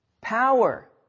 Power